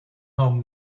home